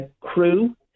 crew